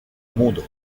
monde